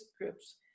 groups